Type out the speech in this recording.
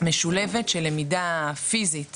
משולבת של למידה פיזית